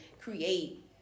create